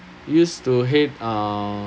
used to hate uh